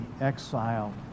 exile